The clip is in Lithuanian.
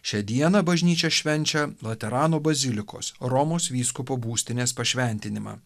šią dieną bažnyčia švenčia laterano bazilikos romos vyskupo būstinės pašventinimą